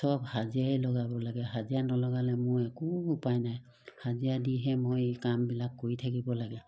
চব হাজিৰাই লগাব লাগে হাজিৰা নলগালে মোৰ একো উপায় নাই হাজিৰা দিহে মই এই কামবিলাক কৰি থাকিব লাগে